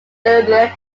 different